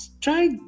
try